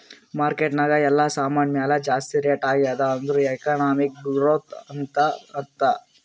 market ನಾಗ್ ಎಲ್ಲಾ ಸಾಮಾನ್ ಮ್ಯಾಲ ಜಾಸ್ತಿ ರೇಟ್ ಆಗ್ಯಾದ್ ಅಂದುರ್ ಎಕನಾಮಿಕ್ ಗ್ರೋಥ್ ಅಂತ್ ಅರ್ಥಾ